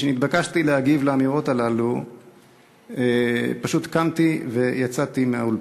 משנתבקשתי להגיב על האמירות האלה פשוט קמתי ויצאתי מהאולפן.